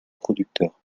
producteurs